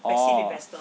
oh